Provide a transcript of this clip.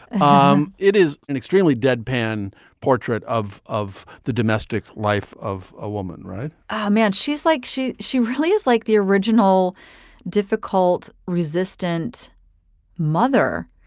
um it is an extremely deadpan portrait of of the domestic life of a woman right, ah man. she's like she she really is like the original difficult resistant mother.